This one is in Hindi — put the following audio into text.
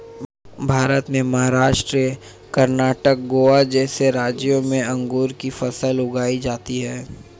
भारत में महाराष्ट्र, कर्णाटक, गोवा जैसे राज्यों में अंगूर की फसल उगाई जाती हैं